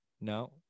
No